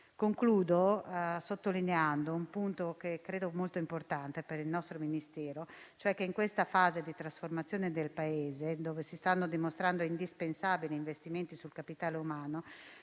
Concludo sottolineando un punto che credo molto importante per il nostro Ministero, e cioè che in questa fase di trasformazione del Paese, dove si stanno dimostrando indispensabili gli investimenti sul capitale umano,